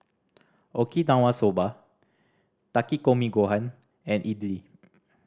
Okinawa Soba Takikomi Gohan and Idili